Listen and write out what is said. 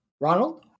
Ronald